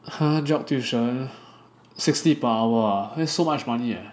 !huh! job tuition sixty per hour ah that is so much money eh